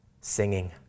singing